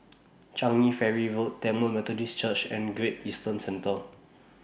Changi Ferry Road Tamil Methodist Church and Great Eastern Centre